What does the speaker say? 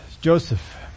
Joseph